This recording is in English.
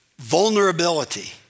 vulnerability